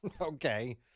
Okay